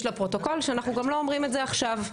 לפרוטוקול שאנחנו גם לא אומרים את זה עכשיו.